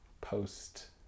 post